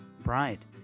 Bride